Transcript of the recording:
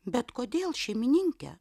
bet kodėl šeimininke